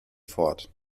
fort